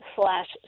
slash